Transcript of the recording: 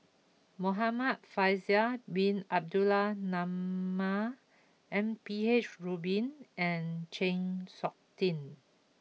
Muhamad Faisal bin Abdul Manap M P H Rubin and Chng Seok Tin